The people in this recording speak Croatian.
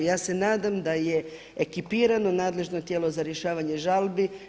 Ja se nadam da je ekipirano nadležno tijelo za rješavanje žalbi.